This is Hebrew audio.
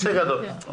הישג גדול אוקיי.